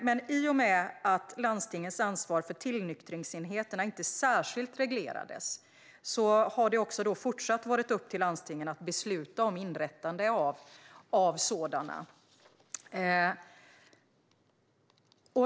Men i och med att landstingets ansvar för tillnyktringsenheterna inte särskilt reglerades har det fortsatt varit upp till landstingen att besluta om inrättande av sådana.